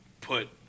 put